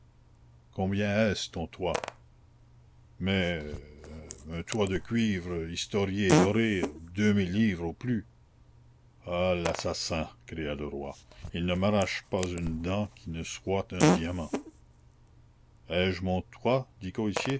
est-ce ton toit mais un toit de cuivre historié et doré deux mille livres au plus ah l'assassin cria le roi il ne m'arrache pas une dent qui ne soit un diamant ai-je mon toit